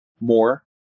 more